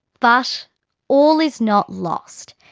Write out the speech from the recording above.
but all is not lost.